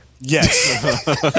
Yes